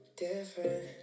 different